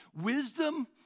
Wisdom